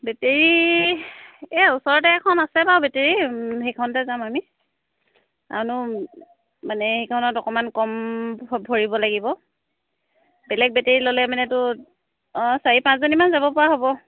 battery এই ওচৰতে এখন আছে বাৰু বেটেৰী সেইখনতে যাম আমি আৰুনো মানে সেইখনত অকণমান কম ভ ভৰিব লাগিব বেলেগ বেটেৰী ল'লে মানেতো অঁ চাৰি পাঁচজনীমান যাব পৰা হ'ব